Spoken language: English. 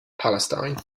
palestine